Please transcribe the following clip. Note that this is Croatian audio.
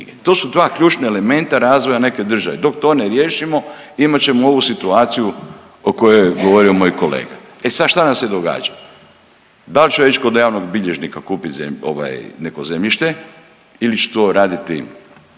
To su dva ključna elementa razvoja neke države. Dok to ne riješimo imat ćemo ovu situaciju o kojoj je govorio moj kolega. E sad šta nam se događa? Da li ću ja ići kod javnog bilježnika kupit ovaj neko zemljište ili ću to raditi na